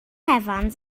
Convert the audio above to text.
evans